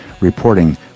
reporting